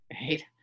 Right